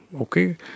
Okay